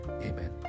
amen